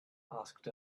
asked